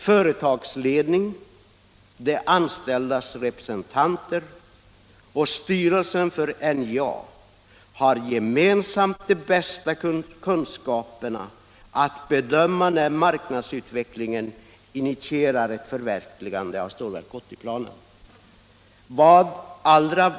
Företagsledningen, de anställdas representanter och styrelsen för NJA har gemensamt de bästa kunskaperna för att bedöma när marknadsutvecklingen initierar ett förverkligande av Stålverk 80-planerna.